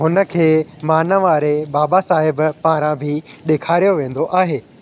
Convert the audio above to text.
हुन खे मानवारे बाबासाहेब पारां बि ॾेखारियो वेंदो आहे